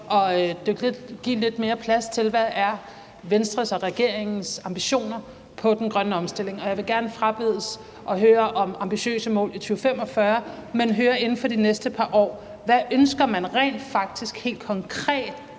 at give lidt mere plads til, hvad Venstres og regeringens ambitioner er for den grønne omstilling. Og jeg vil gerne frabede mig at høre om ambitiøse mål i 2045, men høre om noget inden for de næste par år. Hvad ønsker man rent faktisk helt konkret